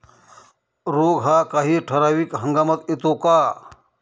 रोग हा काही ठराविक हंगामात येतो का?